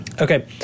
Okay